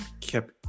kept